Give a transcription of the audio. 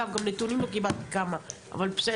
אגב, עוד לא קיבלתי נתונים לגבי כמה, אבל בסדר.